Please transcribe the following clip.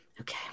Okay